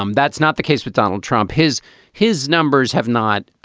um that's not the case with donald trump. his his numbers have not